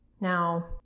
Now